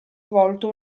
volto